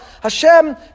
Hashem